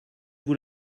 vous